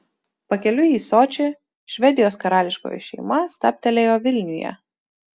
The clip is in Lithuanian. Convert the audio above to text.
pakeliui į sočį švedijos karališkoji šeima stabtelėjo vilniuje